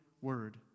word